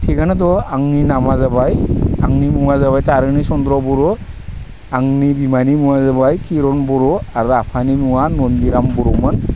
आंनि नामा जाबाय आंनि मुङा जाबाय दारेन चन्द्र बर' आंनि बिमानि मुङा जाबाय खिरन बर' आर' आफानि मुङा मनिराम बर'मोन